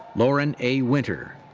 lauren a. winter.